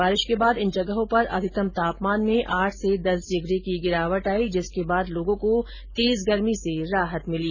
बारिश के बाद इन जगहों पर अधिकतम तापमान में आठ से दस डिग्री की गिरावट आई जिसके बाद लोगों को तेज गर्मी से राहत मिली